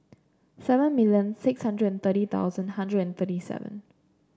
seven million six hundred and thirty thousand hundred and thirty seven